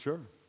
Sure